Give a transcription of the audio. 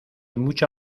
mucha